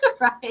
Right